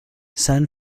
san